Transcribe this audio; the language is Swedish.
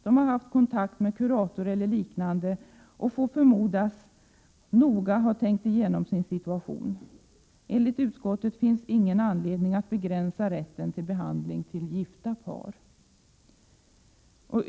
De har haft kontakt med kuratorer eller liknande och får förmodas noga ha tänkt igenom sin situation. Enligt utskottet finns ingen anledning att begränsa rätten till behandling till gifta par.